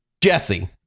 Jesse